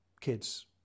kids